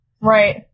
right